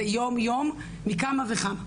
זה יום יום מכמה וכמה משפחות,